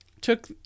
Took